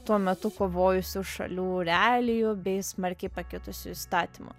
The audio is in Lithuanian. tuo metu kovojusių šalių realijų bei smarkiai pakitusių įstatymų